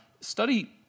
study